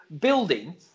building